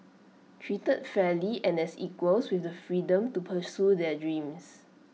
treated fairly and as equals with the freedom to pursue their dreams